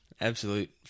Absolute